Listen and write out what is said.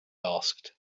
asked